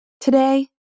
Today